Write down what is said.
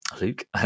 Luke